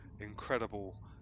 incredible